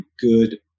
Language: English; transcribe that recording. good